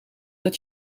dat